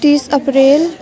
तिस एप्रिल